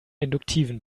induktiven